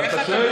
אבל אתה שואל,